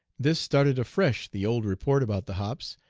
this started afresh the old report about the hops,